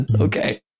okay